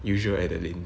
usual adeline